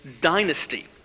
dynasty